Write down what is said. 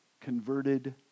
converted